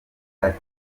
ati